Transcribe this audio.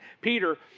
Peter